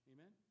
Amen